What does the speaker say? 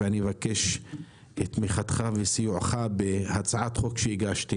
ואני אבקש את תמיכתך ואת סיועך בהצעת חוק שהגשתי